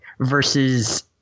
Versus